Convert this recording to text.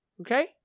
Okay